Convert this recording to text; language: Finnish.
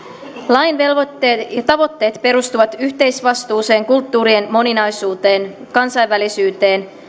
lain velvoitteet ja tavoitteet perustuvat yhteisvastuuseen kulttuurien moninaisuuteen kansainvälisyyteen